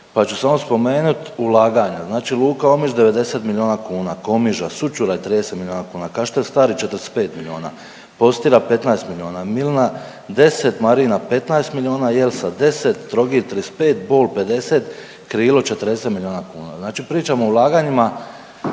pa ću samo spomenut ulaganja, znači luka Omiš 90 milijuna kuna, Komiža, Sućuraj 30 milijuna kuna, Kaštel Stari 45 milijuna, Postira 15 milijuna, Milna 10, Marina 15 milijuna, Jelsa 10, Trogir 35, Bol 50, Krilo 40 milijuna kuna, znači pričamo o ulaganjima